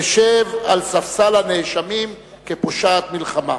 תשב על ספסל הנאשמים כפושעת מלחמה.